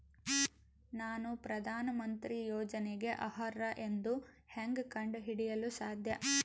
ನಾನು ಪ್ರಧಾನ ಮಂತ್ರಿ ಯೋಜನೆಗೆ ಅರ್ಹ ಎಂದು ಹೆಂಗ್ ಕಂಡ ಹಿಡಿಯಲು ಸಾಧ್ಯ?